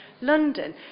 London